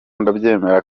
ndabyemera